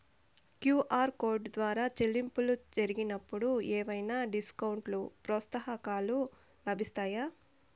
QR code ద్వారా చెల్లింపులు జరిగినప్పుడు ఏవైనా డిస్కౌంట్ లు, ప్రోత్సాహకాలు లభిస్తాయా?